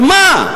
על מה?